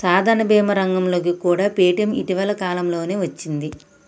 సాధారణ భీమా రంగంలోకి కూడా పేటీఎం ఇటీవల కాలంలోనే వచ్చింది